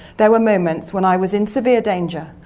there were moments when i was in severe danger,